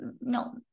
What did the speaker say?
no